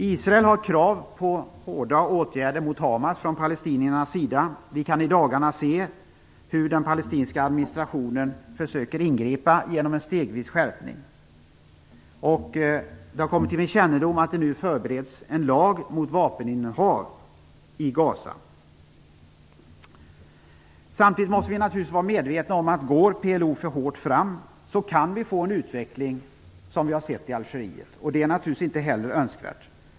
Israel har krav på hårda åtgärder mot Hamas från palestiniernas sida. Vi kan i dagarna se hur den palestinska administrationen försöker ingripa genom skärpningar stegvis. Det har kommit till min kännedom att det nu förbereds en lag mot vapeninnehav i Samtidigt måste vi vara medvetna om att vi kan få en utveckling som den vi har sett i Algeriet, om PLO går för hårt fram. Det är naturligtvis inte heller önskvärt.